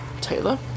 Taylor